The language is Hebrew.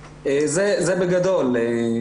זה בגדול.